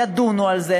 ידונו בהן,